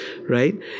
right